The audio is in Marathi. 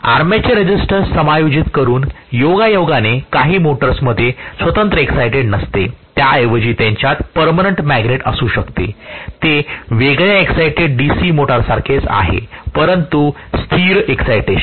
आर्मेचर रेझिस्टन्स समायोजित करून योगायोगाने काही मोटर्समध्ये स्वतंत्र एक्साईटेड नसते त्याऐवजी त्यांच्यात पर्मनंट मॅग्नेट असू शकते ते वेगळ्या एक्साईटेड DC मोटरसारखेच चांगले आहे परंतु स्थिर एक्साईटेशन